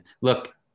look